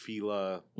Fila